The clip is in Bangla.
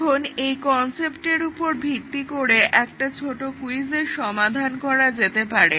এখন এই কনসেপ্টের উপর ভিত্তি করে একটা ছোট কুইজের সমাধান করা যেতে পারে